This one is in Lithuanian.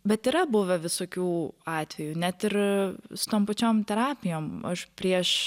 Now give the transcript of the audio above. bet yra buvę visokių atvejų net ir su tom pačiom terapijom aš prieš